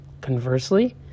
Conversely